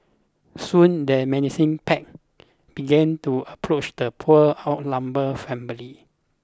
soon the menacing pack began to approach the poor outnumbered family